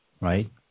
right